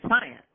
science